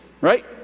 right